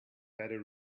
better